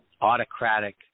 autocratic